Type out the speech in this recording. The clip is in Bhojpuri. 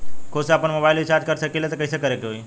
खुद से आपनमोबाइल रीचार्ज कर सकिले त कइसे करे के होई?